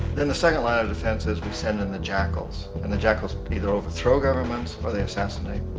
then the second line of defense is we send in the jackals. and the jackals either overthrow governments or they assassinate.